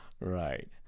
Right